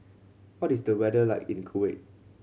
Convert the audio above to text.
what is the weather like in Kuwait